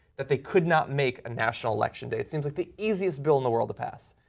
that they could not make a national election day. it seems like the easiest bill in the world to pass.